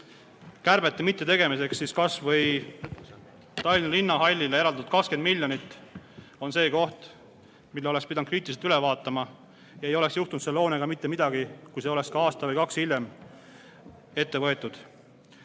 kärbete mittetegemiseks, siis kasvõi Tallinna Linnahallile eraldatud 20 miljonit on see koht, mille oleks pidanud kriitiliselt üle vaatama. Ei oleks juhtunud selle hoonega mitte midagi, kui see oleks ka aasta või kaks hiljem ette võetud.